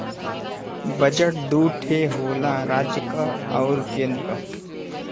budget दू ठे होला राज्य क आउर केन्द्र क